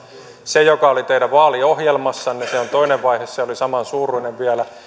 se joka oli teidän vaaliohjelmassanne on toinen vaihe se oli samansuuruinen vielä ja